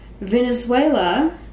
Venezuela